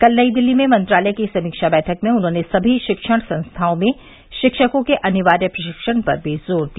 कल नई दिल्ली में मंत्रालय की समीक्षा बैठक में उन्होंने सभी शिक्षण संस्थाओं में शिक्षकों के अनिवार्य प्रशिक्षण पर भी जोर दिया